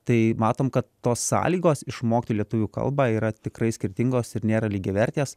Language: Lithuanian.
tai matom kad tos sąlygos išmokti lietuvių kalbą yra tikrai skirtingos ir nėra lygiavertės